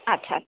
আচ্ছা